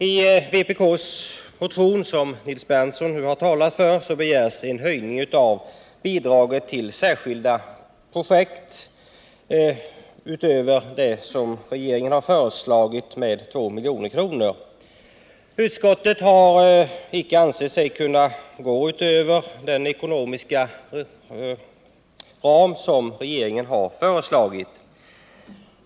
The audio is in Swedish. I vänsterpartiet kommunisternas motion, som Nils Berndtson nu har talat för, begärs en höjning av bidraget till särskilda projekt med 2 milj.kr. utöver det belopp som regeringen har föreslagit. Utskottet har icke ansett sig kunna gå utöver den ekonomiska ram som regeringen har föreslagit.